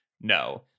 no